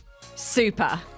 Super